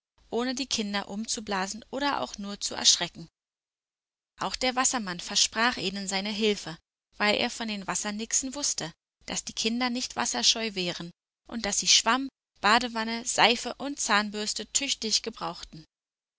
ohne die kinder umzublasen oder auch nur zu erschrecken auch der wassermann versprach ihnen seine hilfe weil er von den wassernixen wußte daß die kinder nicht wasserscheu wären und daß sie schwamm badewanne seife und zahnbürste tüchtig gebrauchten